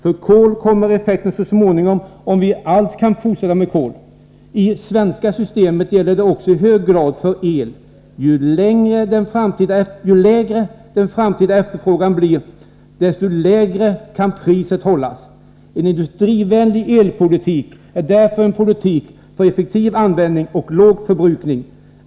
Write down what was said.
För kol kommer effekten så småningom om vi alls kan fortsätta med kol. I det svenska systemet gäller det också i hög grad för el. Ju lägre den framtida efterfrågan blir desto lägre kan priset hållas. En industrivänlig elpolitik är därför en politik för effektiv användning och låg förbrukning.